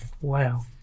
Wow